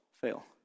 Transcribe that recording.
fail